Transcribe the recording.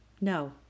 no